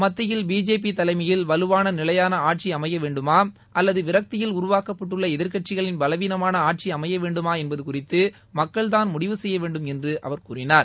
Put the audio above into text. மத்தியில் பிஜேபி தலைமையில் வலுவான நிலையான ஆட்சி அமையவேண்டுமா அல்லது விரக்தியில் உருவாக்க்ப்பட்டுள்ள எதிர்கட்சிகளின் பலவீளமான ஆட்சி அமைய வேண்டுமா என்பது குறித்து மக்கள்தான் முடிவு செய்யவேண்டும் என்று அவர் கூறினார்